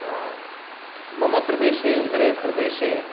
मम प्रदेशे उदरे प्रदेशे